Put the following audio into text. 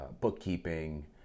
bookkeeping